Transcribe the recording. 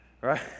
right